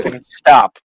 stop